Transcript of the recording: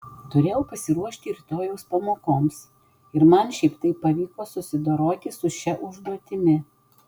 turėjau pasiruošti rytojaus pamokoms ir man šiaip taip pavyko susidoroti su šia užduotimi